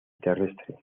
terrestre